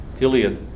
Iliad